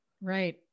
Right